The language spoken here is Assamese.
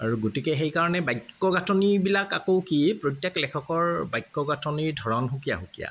আৰু গতিকে সেইকাৰণে বাক্য গাঁথনিবিলাক আকৌ কি প্ৰত্যেক লেখকৰ বাক্য গাঁথনিৰ ধৰণ সুকীয়া সুকীয়া